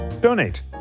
donate